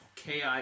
KI